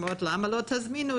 אומרות: למה לא תזמינו?